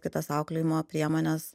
kitas auklėjimo priemones